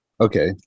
okay